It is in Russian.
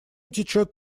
течёт